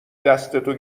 دستتو